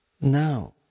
now